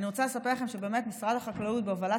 אני רוצה לספר לכם שמשרד החקלאות בהובלת